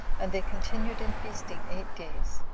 and they continued in feasting eight days.